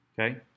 Okay